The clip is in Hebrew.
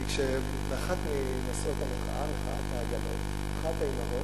כי כשאחת מנושאות מחאת העגלות, אחת האמהות,